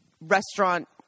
restaurant